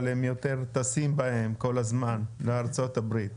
אבל הם יותר טסים בהם כל הזמן לארצות הברית.